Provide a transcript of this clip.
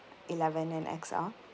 eleven and X_R